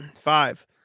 Five